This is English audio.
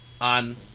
on